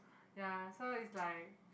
ya so it's like